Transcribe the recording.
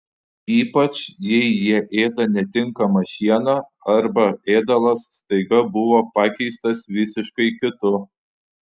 ypač jei jie ėda netinkamą šieną arba ėdalas staiga buvo pakeistas visiškai kitu